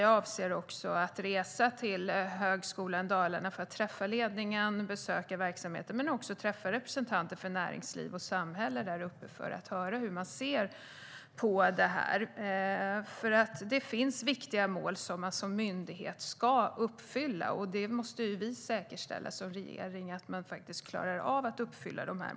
Jag avser också att resa till Högskolan Dalarna för att träffa ledningen och besöka verksamheten men också träffa representanter för näringsliv och samhälle där uppe för att höra hur de ser på det här. Det finns viktiga mål som man som myndighet ska uppfylla. Det måste vi som regering säkerställa att man faktiskt klarar av.